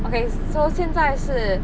okay so 现在是